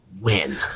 Win